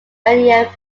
earlier